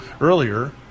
earlier